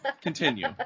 continue